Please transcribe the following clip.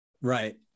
Right